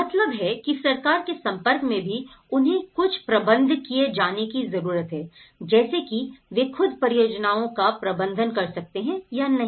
मतलब है की सरकार के संपर्क में भी उन्हें कुछ प्रबंधकीय जानने की जरूरत है जैसे कि वे खुद परियोजनाओं का प्रबंधन कर सकते हैं या नहीं